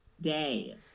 day